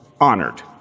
honored